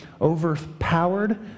overpowered